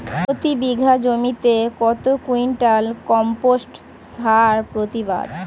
প্রতি বিঘা জমিতে কত কুইন্টাল কম্পোস্ট সার প্রতিবাদ?